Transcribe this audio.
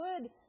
good